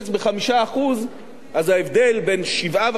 אז ההבדל בין 7.5% ל-8% הוא לא מהותי.